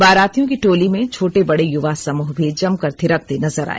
बारातियों की टोली में छोटे बड़े युवा समूह भी जमकर थिरकते नजर आए